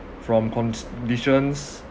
from conditions